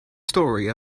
story